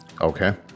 okay